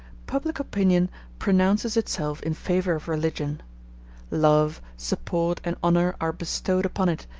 public opinion pronounces itself in favor of religion love, support, and honor are bestowed upon it,